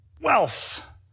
wealth